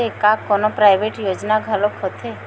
का कोनो प्राइवेट योजना घलोक होथे?